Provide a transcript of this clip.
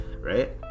right